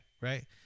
right